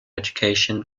education